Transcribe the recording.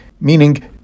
meaning